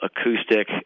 acoustic